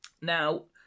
Now